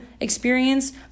experience